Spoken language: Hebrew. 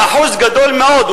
ואחוז גדול מאוד,